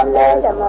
um and